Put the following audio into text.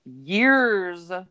years